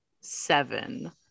seven